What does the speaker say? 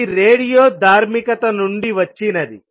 ఇది రేడియోధార్మికత నుండి వచ్చినది